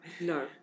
no